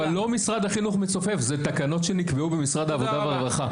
אבל זה לא משרד החינוך מצופף זה תקנות שנקבעו במשרד העבודה והרווחה.